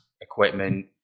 equipment